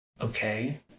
Okay